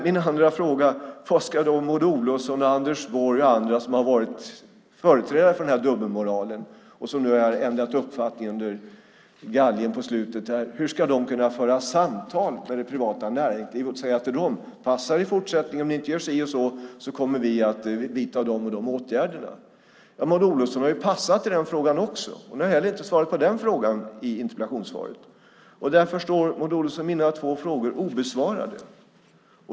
Min andra fråga är: Hur ska Maud Olofsson, Anders Borg och andra som har varit företrädare för den här dubbelmoralen och som nu har ändrat uppfattning under galgen på slutet kunna föra samtal med det privata näringslivet? Ska de säga till dem: Passa er i fortsättningen! Om ni inte gör si och så kommer vi att vidta de och de åtgärderna. Maud Olofsson har passat i den frågan också. Hon har inte svarat på den frågan heller i interpellationssvaret. Därför står, Maud Olofsson, mina två frågor obesvarade.